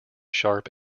sharp